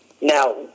now